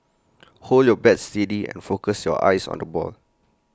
hold your bat steady and focus your eyes on the ball